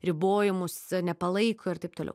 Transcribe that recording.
ribojimus nepalaiko ir taip toliau